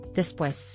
después